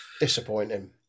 disappointing